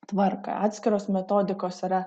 tvarką atskiros metodikos yra